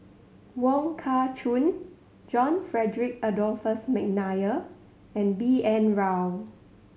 Wong Kah Chun John Frederick Adolphus McNair and B N Rao